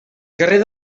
carrer